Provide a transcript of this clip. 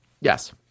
yes